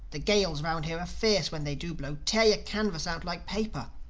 the gales round here fierce, when they do blow tear your canvas out like paper.